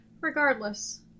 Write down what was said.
Regardless